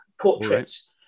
portraits